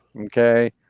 okay